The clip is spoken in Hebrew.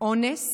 אונס